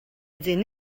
ydyn